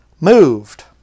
moved